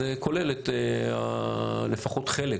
זה כולל לפחות חלק